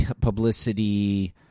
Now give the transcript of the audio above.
publicity